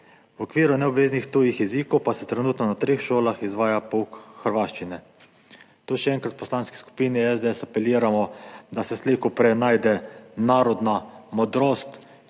v okviru neobveznih tujih jezikov pa se trenutno na treh šolah izvaja pouk hrvaščine. Še enkrat, v Poslanski skupini SDS apeliramo, da se slej ko prej najde narodna modrost